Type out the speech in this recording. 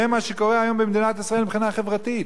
זה מה שקורה היום במדינת ישראל מבחינה חברתית.